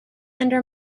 under